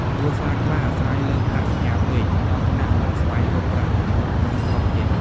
គ្រួសារខ្លះអាស្រ័យលើប្រាក់ផ្ញើពេក ដល់ថ្នាក់មិនស្វែងរកប្រាក់ចំណូលក្នុងស្រុកទៀត។